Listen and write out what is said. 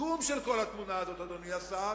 הסיכום של כל התמונה הזאת, אדוני השר,